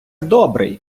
добрий